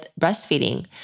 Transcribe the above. breastfeeding